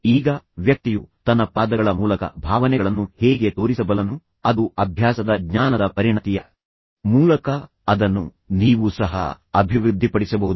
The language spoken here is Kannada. ಈಗ ವ್ಯಕ್ತಿಯು ತನ್ನ ಪಾದಗಳ ಮೂಲಕ ಭಾವನೆಗಳನ್ನು ಹೇಗೆ ತೋರಿಸಬಲ್ಲನು ಅದು ಅಭ್ಯಾಸದ ಜ್ಞಾನದ ಪರಿಣತಿಯ ಮೂಲಕ ಅದನ್ನು ನೀವು ಸಹ ಅಭಿವೃದ್ಧಿಪಡಿಸಬಹುದು